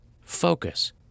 focus